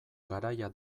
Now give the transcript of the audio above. garaia